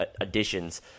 additions